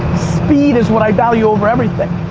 speed is what i value over everything.